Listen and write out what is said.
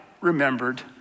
remembered